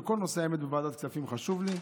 כל נושא בוועדת הכספים חשוב לי,